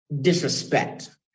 disrespect